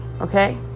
okay